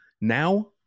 Now